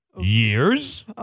Years